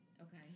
Okay